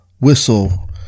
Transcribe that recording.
whistle